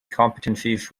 competencies